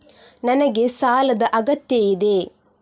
ನನಗೆ ಸಾಲದ ಅಗತ್ಯ ಇದೆ?